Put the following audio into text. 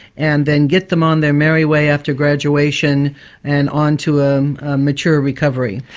and then get them on their merry way after graduation and on to a mature recovery.